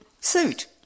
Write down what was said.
suit